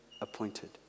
appointed